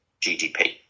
GDP